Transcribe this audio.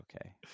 okay